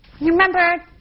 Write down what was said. remember